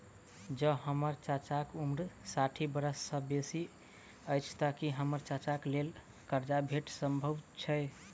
जँ हम्मर चाचाक उम्र साठि बरख सँ बेसी अछि तऽ की हम्मर चाचाक लेल करजा भेटब संभव छै?